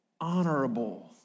honorable